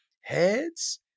heads